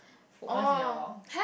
for once in a while